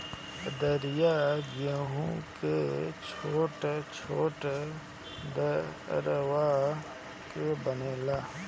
दलिया गेंहू के छोट छोट दरवा के बनेला